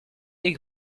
est